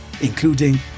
including